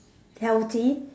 healthy